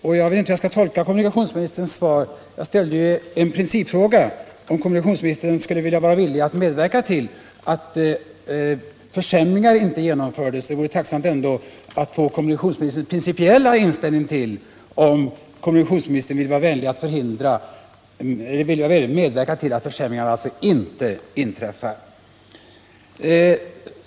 Jag vet inte hur jag skall tolka kommunikationsministerns svar. Jag ställde en principfråga, om kommunikationsministern skulle vilja medverka till att försämringar inte genomfördes. Det vore tacknämligt att få besked om kommunikationsministerns principiella inställning och om kommunikationsministern vill vara vänlig medverka till att försämringar inte inträffar.